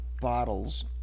bottles